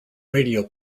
radio